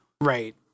Right